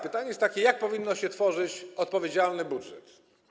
Pytanie jest takie: Jak powinno się tworzyć odpowiedzialny budżet?